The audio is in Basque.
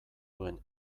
duen